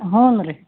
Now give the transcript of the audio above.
ಹ್ಞೂ ರೀ